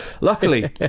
Luckily